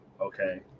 Okay